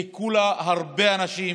חיכו לה הרבה אנשים,